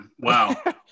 Wow